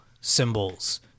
symbols